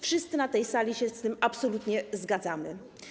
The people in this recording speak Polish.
Wszyscy na tej sali się z tym absolutnie zgadzamy.